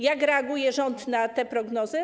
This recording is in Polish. Jak reaguje rząd na te prognozy?